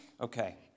Okay